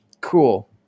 Cool